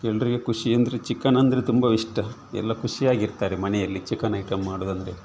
ಎಲ್ರಿಗೆ ಖುಷಿ ಅಂದರೆ ಚಿಕನ್ ಅಂದರೆ ತುಂಬಇಷ್ಟ ಎಲ್ಲ ಖುಷಿಯಾಗಿರ್ತಾರೆ ಮನೆಯಲ್ಲಿ ಚಿಕನ್ ಐಟಮ್ ಮಾಡೋದಂದ್ರೆ